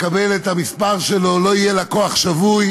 יקבל את המספר שלו ולא יהיה לקוח שבוי,